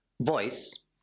voice